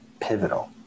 pivotal